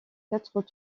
quatre